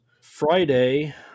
Friday